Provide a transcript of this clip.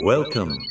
Welcome